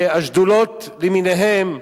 והשדולות למיניהן,